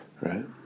Right